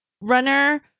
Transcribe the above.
runner